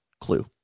clue